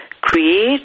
create